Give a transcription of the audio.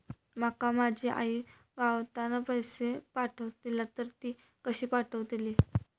माका माझी आई गावातना पैसे पाठवतीला तर ती कशी पाठवतली?